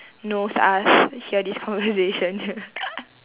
knows us hear this conversation